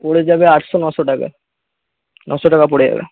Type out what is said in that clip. পড়ে যাবে আটশো নশো টাকা নশো টাকা পড়ে যাবে